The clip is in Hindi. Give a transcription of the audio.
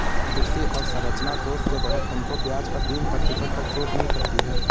कृषि अवसरंचना कोष के तहत तुमको ब्याज पर तीन प्रतिशत तक छूट मिल सकती है